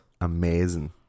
Amazing